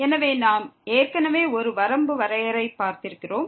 எனவே நாம் ஏற்கனவே ஒரு வரம்பு வரையறையை பார்த்திருக்கிறோம்